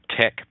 Tech